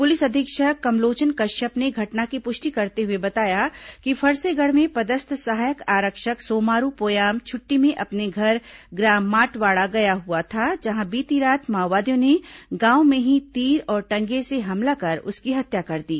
police अधीक्षक कमलोचन कश्यप ने घटना की पुष्टि करते हुए बताया कि फरसेगढ़ में पदस्थ सहायक आरक्षक सोमारू पोयाम छुट्टी में अपने घर ग्राम माटवाड़ा गया हुआ था जहां बीती रात माओवादियों ने गांव में ही तीर और टंगिये से हमला कर उसकी हत्या कर दी